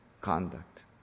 conduct